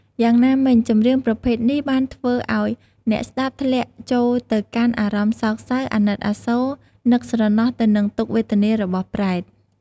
យ៉ាងណាមិញ ចម្រៀងប្រភេទនេះបានធ្វើឲ្យអ្នកស្តាប់ធ្លាក់ចូលទៅកាន់អារម្មណ៍សោកសៅ អាណិតអាសូរ នឹកស្រណោះទៅនឹងទុក្ខវេទនារបស់ប្រេត។